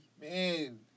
Man